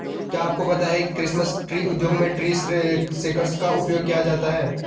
क्या आपको पता है क्रिसमस ट्री उद्योग में ट्री शेकर्स का उपयोग किया जाता है?